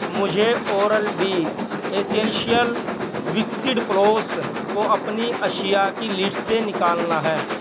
مجھے oral B essential waxed floss کو اپنی اشیاء کی لسٹ سے نکالنا ہے